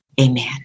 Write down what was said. Amen